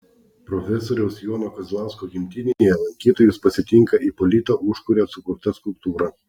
profesoriaus jono kazlausko gimtinėje lankytojus pasitinka ipolito užkurio sukurta skulptūra